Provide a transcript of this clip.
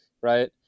Right